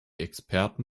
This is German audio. experten